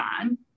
on